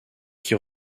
qui